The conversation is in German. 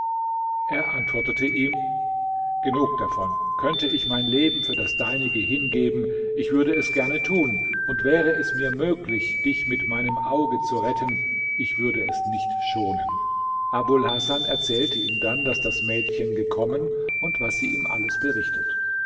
er antwortete ihm genug davon könnte ich mein leben für das deinige hingeben ich würde es gerne tun und wäre es mir möglich dich mit meinem auge zu retten ich würde es nicht schonen abul hasan erzählte ihm dann daß das mädchen gekommen und was sie ihm alles berichtet